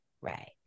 right